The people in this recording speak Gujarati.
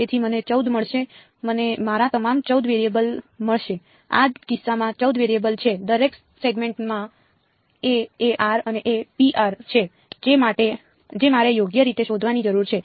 તેથી મને 14 મળશે મને મારા તમામ 14 વેરીએબલ મળશે આ કિસ્સામાં 14 વેરીએબલ છે દરેક સેગમેન્ટમાં a અને a છે જે મારે યોગ્ય રીતે શોધવાની જરૂર છે